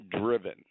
driven